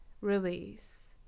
release